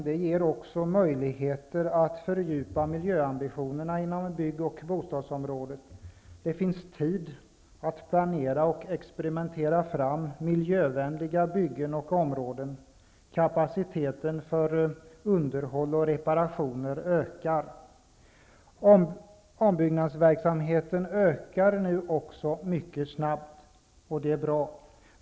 Det ger också möjligheter att fördjupa miljöambitionerna inom bygg och bostadsområdet. Det finns tid att planera och experimentera fram miljövänliga byggen och områden. Kapaciteten för underhåll och reparationer ökar. Ombyggnadsverksamheten ökar nu också mycket snabbt, och det är bra.